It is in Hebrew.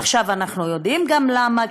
עכשיו אנחנו יודעים גם למה,